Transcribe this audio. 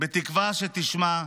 -- בתקווה שתשמע,